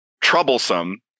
troublesome